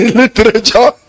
literature